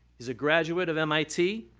he's a graduate of mit,